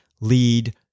lead